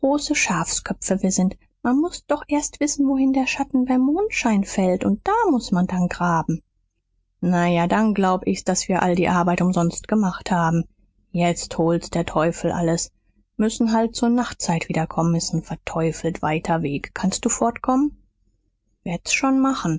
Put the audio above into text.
schafsköpfe wir sind man muß ja doch erst wissen wohin der schatten bei mondschein fällt und da muß man dann graben na ja dann glaub ich's daß wir all die arbeit umsonst gemacht haben jetzt hol's der teufel alles müssen halt zur nachtzeit wiederkommen s ist n verteufelt weiter weg kannst du fortkommen werd's schon machen